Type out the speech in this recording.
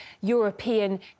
European